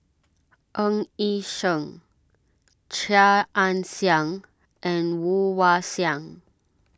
Ng Yi Sheng Chia Ann Siang and Woon Wah Siang